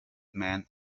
man